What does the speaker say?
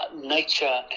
Nature